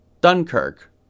Dunkirk